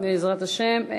בעזרת השם.